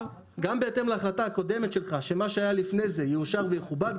בהתאם להחלטה הקודמת שלך שמה שהיה לפני זה יאושר ויכובד,